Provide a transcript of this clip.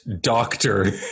doctor